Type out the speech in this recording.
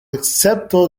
escepto